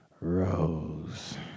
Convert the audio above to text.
Rose